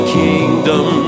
kingdom